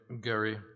Gary